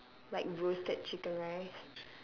like roasted chicken rice